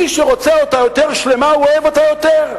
מי שרוצה אותה יותר שלמה, הוא אוהב אותה יותר.